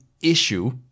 issue